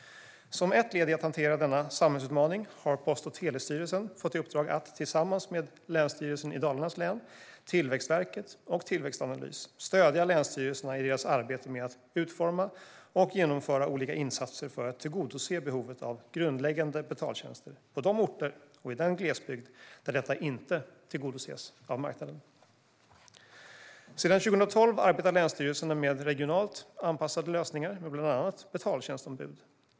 Som ett led i att hantera denna samhällsutmaning har Post och telestyrelsen fått i uppdrag att, tillsammans med Länsstyrelsen i Dalarnas län, Tillväxtverket och Tillväxtanalys, stödja länsstyrelserna i deras arbete med att utforma och genomföra olika insatser för att tillgodose behovet av grundläggande betaltjänster på de orter och i den glesbygd där detta inte tillgodoses av marknaden. Sedan 2012 arbetar länsstyrelserna med regionalt anpassade lösningar med bland annat betaltjänstombud.